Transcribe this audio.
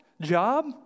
Job